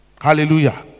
hallelujah